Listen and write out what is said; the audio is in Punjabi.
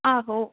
ਆਹੋ